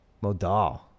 Modal